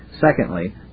secondly